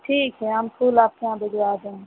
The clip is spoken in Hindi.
ठीक है हम फूल आपके यहाँ भिजवा देंगे